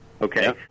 Okay